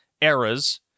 eras